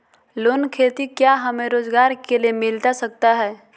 Loan खेती क्या हमें रोजगार के लिए मिलता सकता है?